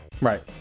Right